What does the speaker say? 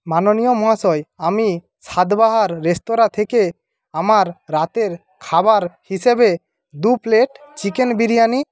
মাননীয় মহাশয় আমি স্বাদ বাহার রেস্তোরাঁ থেকে আমার রাতের খাবার হিসাবে দু প্লেট চিকেন বিরিয়ানি